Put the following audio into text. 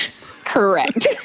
Correct